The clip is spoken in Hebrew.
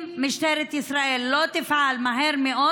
אם משטרת ישראל לא תפעל מהר מאוד,